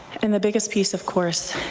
and the biggest piece of course,